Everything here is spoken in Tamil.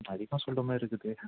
கொஞ்ச அதிகமாக சொல்றமாரி இருக்குது